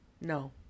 no